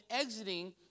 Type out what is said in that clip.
exiting